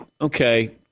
okay